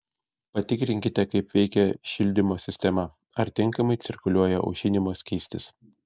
patikrinkite kaip veikia šildymo sistema ar tinkamai cirkuliuoja aušinimo skystis